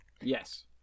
Yes